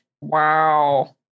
wow